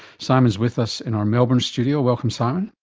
simon is with us in our melbourne studio, welcome simon.